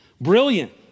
Brilliant